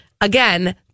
again